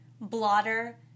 blotter